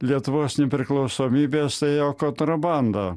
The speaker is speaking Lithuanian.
lietuvos nepriklausomybės ėjo kontrabanda